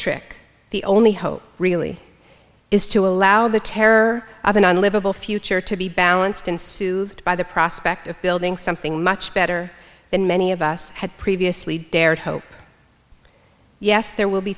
trick the only hope really is to allow the terror of a non livable future to be balanced and soothed by the prospect of building something much better than many of us had previously dared hope yes there will be